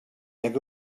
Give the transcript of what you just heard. hagué